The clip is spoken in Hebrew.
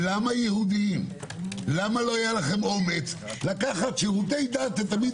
למה לא יהיה לכם אומץ לקחת שירותי דת זה תמיד